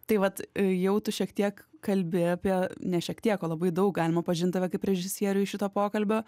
tai vat jau tu šiek tiek kalbi apie ne šiek tiek o labai daug galima pažint tave kaip režisierių iš šito pokalbio